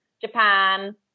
Japan